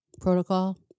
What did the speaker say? protocol